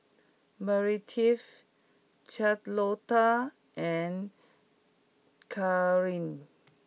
Meredith Charlotta and Carlyn